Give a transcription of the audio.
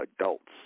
adults